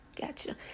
gotcha